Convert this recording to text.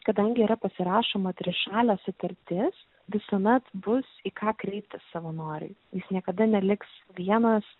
kadangi yra pasirašoma trišalė sutartis visuomet bus į ką kreiptis savanoriui jis niekada neliks vienas